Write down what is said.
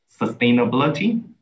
sustainability